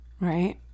right